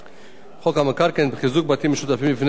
חוק המקרקעין (חיזוק בתים משותפים מפני רעידות אדמה),